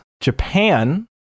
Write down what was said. Japan